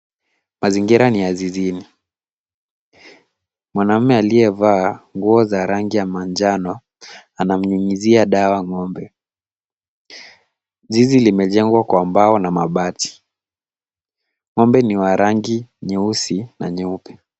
Mazingira ni ya zizini. Mwanamume aliyevaa nguo za rangi ya manjano ana mnyunyizia dawa ng'ombe. Zizi limejengwa kwa mbao na mabati. Ng'ombe ni wa rangi nyeusi na nyeupe.